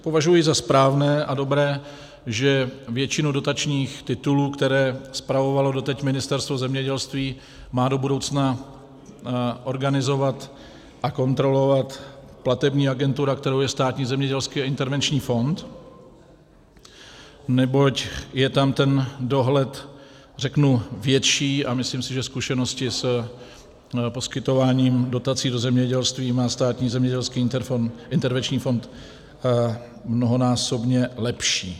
Považuji za správné a dobré, že většinu dotačních titulů, které spravovalo doteď Ministerstvo zemědělství, má do budoucna organizovat a kontrolovat platební agentura, kterou je Státní zemědělský intervenční fond, neboť je tam ten dohled větší, a myslím si, že zkušenosti s poskytováním dotací do zemědělství má Státní zemědělský a intervenční fond mnohonásobně lepší.